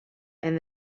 and